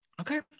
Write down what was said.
Okay